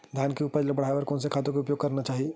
धान के उपज ल बढ़ाये बर कोन से खातु के उपयोग करना चाही?